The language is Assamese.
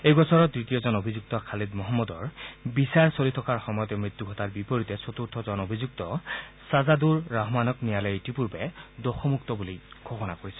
এই গোচৰৰ তৃতীয়জন অভিযুক্ত খালিদ মহম্মদৰ বিচাৰ চলি থকাৰ সময়তে মৃত্যু ঘটাৰ বিপৰীতে চতুৰ্থজন অভিযুক্ত চাজাদুৰ ৰহমানক ন্যায়ালয়ে ইতিপূৰ্বে দোষমুক্ত বুলি ঘোষণা কৰিছে